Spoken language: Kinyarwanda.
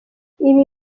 ibi